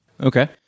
Okay